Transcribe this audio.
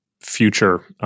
future